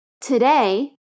today